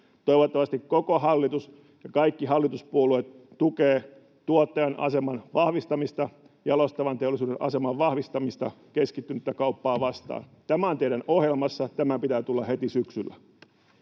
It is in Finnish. Toivottavasti koko hallitus ja kaikki hallituspuolueet tukevat tuottajan aseman vahvistamista ja jalostavan teollisuuden aseman vahvistamista keskittynyttä kauppaa vastaan. Tämä on teidän ohjelmassa, tämän pitää tulla heti syksyllä.